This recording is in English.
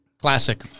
Classic